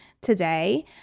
today